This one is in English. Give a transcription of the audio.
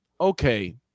okay